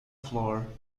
floor